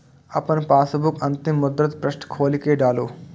अपन पासबुकक अंतिम मुद्रित पृष्ठ खोलि कें डालू